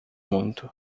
muito